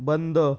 बंद